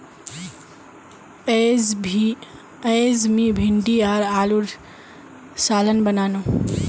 अयेज मी भिंडी आर आलूर सालं बनानु